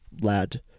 lad